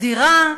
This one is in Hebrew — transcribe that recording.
דירה חדשה,